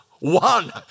One